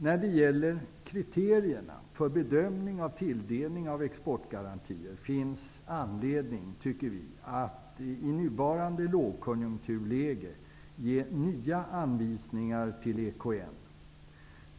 När det gäller kriterierna för bedömningen av tilldelningen av exportkreditgarantier tycker vi att det finns anledning att i nuvarande lågkonjunktur ge EKN nya anvisningar.